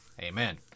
Amen